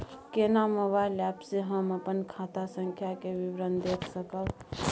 केना mobile app से हम अपन खाता संख्या के विवरण देख सकब?